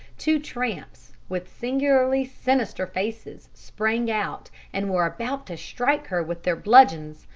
two tramps, with singularly sinister faces, sprang out, and were about to strike her with their bludgeons,